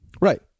Right